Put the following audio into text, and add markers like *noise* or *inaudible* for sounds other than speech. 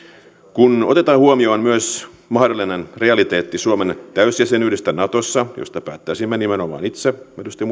kun otetaan huomioon myös mahdollinen realiteetti suomen täysjäsenyydestä natossa josta päättäisimme nimenomaan itse edustaja *unintelligible*